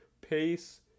pace